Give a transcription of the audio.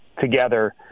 together